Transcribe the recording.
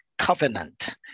covenant